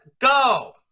go